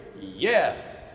Yes